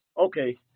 Okay